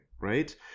Right